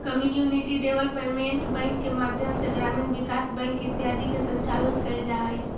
community development bank के माध्यम से ग्रामीण विकास बैंक इत्यादि के संचालन कैल जा हइ